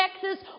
Texas